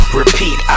repeat